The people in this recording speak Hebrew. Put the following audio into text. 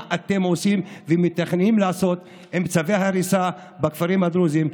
אתם עושים ומתכננים לעשות עם צווי ההריסה בכפרים הדרוזיים?